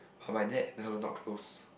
but my dad and her not close